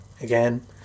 again